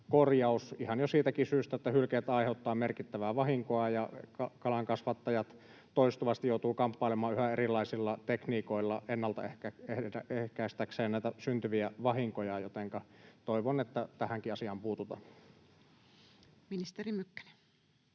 korjaus ihan jo siitäkin syystä, että hylkeet aiheuttavat merkittävää vahinkoa ja kalankasvattajat toistuvasti joutuvat kamppailemaan yhä erilaisilla tekniikoilla ennaltaehkäistäkseen näitä syntyviä vahinkoja, jotenka toivon, että tähänkin asiaan puututaan. Ministeri Mykkänen.